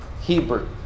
Hebrew